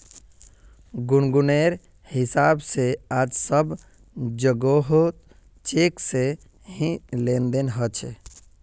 गुनगुनेर हिसाब से आज सब जोगोह चेक से ही लेन देन ह छे